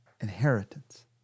Inheritance